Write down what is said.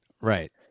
right